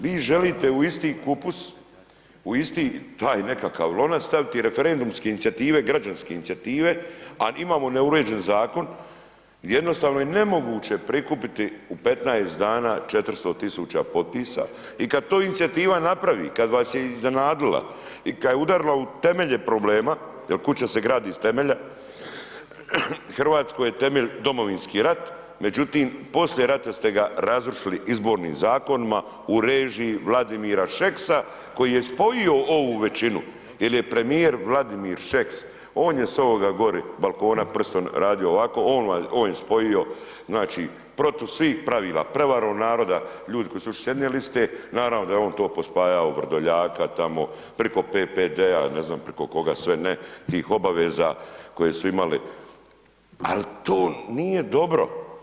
Vi želite u isti kupus, u isti taj nekakav lonac staviti referendumske inicijative, građanske inicijative a imamo neuređen zakon, jednostavno je nemoguće prikupit u 15 dana 400 000 potpisa i kad to inicijativa napravi, kad vas je iznenadila i kad je udarila u temelje problema jer kuća se gradi iz temelja, Hrvatskoj je temelj Domovinski rat međutim poslije rata ste ga razrušili izbornim zakonima u režiji Vladimira Šeksa koji je spojio ovu većinu jer je premijer Vladimir Šeks, on je s ovoga gore balkona prstom radio ovako, on je spojio znači protiv svih pravila, prevarom naroda ljudi koji su ušli s jedne liste, naravno da je on to pospajao Vrdoljaka tamo, preko PPD-a, ne znam preko koga sve ne, tih obaveza koje su imali ali to nije dobro.